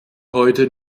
heute